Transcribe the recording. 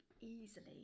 easily